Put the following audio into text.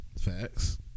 facts